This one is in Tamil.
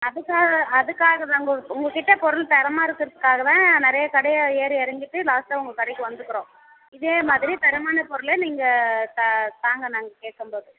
அதுக்கா அதுக்காகதான் உங்கள் உங்கக்கிட்ட பொருள் தரமாக இருக்கிறதுக்காகதான் நிறைய கடையை ஏறி இறங்கிட்டு லாஸ்ட்டாக உங்கள் கடைக்கு வந்துக்கிறோம் இதே மாதிரி தரமான பொருளை நீங்கள் தா தாங்க நாங்கள் கேட்கம் போது